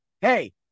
hey